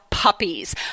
puppies